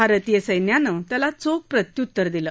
भारतीय सैन्यानं त्याला चोख प्रत्युत्तर दिलं